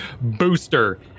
booster